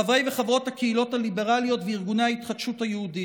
חברי וחברות הקהילות הליברליות וארגוני ההתחדשות היהודית,